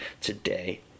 today